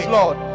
Lord